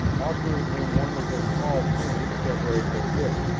offering him one of their small ponies to hurry the trip.